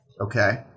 Okay